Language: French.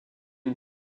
une